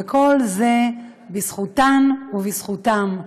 וכל זה בזכותן ובזכותם.